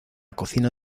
cocina